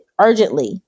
urgently